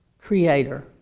creator